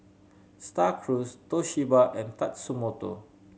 Star Cruise Toshiba and Tatsumoto